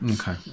okay